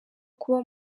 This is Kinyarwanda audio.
kuba